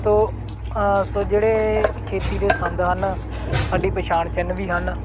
ਤੋ ਸੋ ਜਿਹੜੇ ਖੇਤੀ ਦੇ ਸੰਦ ਹਨ ਸਾਡੀ ਪਛਾਣ ਚਿੰਨ੍ਹ ਵੀ ਹਨ